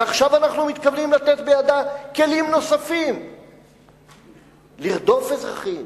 ועכשיו אנחנו מתכוונים לתת בידה כלים נוספים לרדוף אזרחים